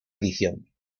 edición